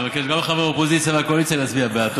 אבקש מחברי האופוזיציה והקואליציה להצביע בעד.